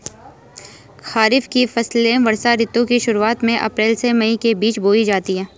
खरीफ की फसलें वर्षा ऋतु की शुरुआत में, अप्रैल से मई के बीच बोई जाती हैं